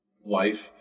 wife